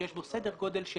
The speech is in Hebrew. שיש בו סדר גודל של